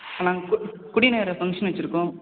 நாங்கள் கு கொடி நடுற ஃபங்க்ஷன் வச்சுருக்கோம்